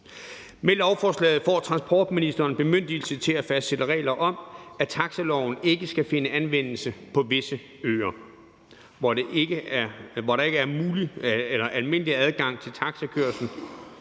Med lovforslaget får transportministeren bemyndigelse til at fastsætte regler om, at taxiloven ikke skal finde anvendelse på visse øer, hvor der ikke er almindelig adgang til taxakørsel,